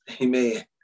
Amen